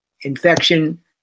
Infection